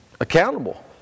accountable